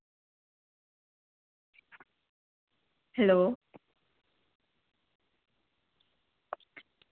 hello